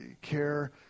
care